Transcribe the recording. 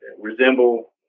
resemble